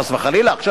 חס וחלילה, עכשיו.